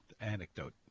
anecdote